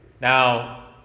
Now